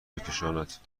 بکشاند